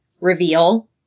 reveal